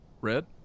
Red